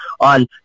on